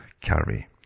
carry